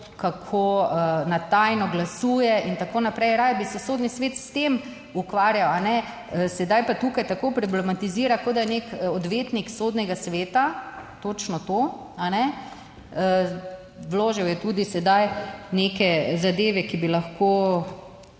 kako na tajno glasuje in tako naprej. Raje bi se Sodni svet s tem ukvarjal, sedaj pa tukaj tako problematizira, kot da je nek odvetnik Sodnega sveta. Točno to a ne? Vložil je tudi sedaj neke zadeve, ki bi lahko,